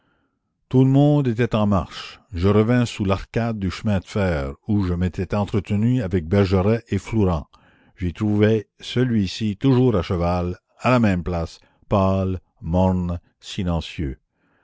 tout le monde était en marche je revins sous l'arcade du chemin de fer où je m'étais entretenu avec bergeret et flourens j'y trouvai celui-ci toujours à cheval à la même place pâle morne silencieux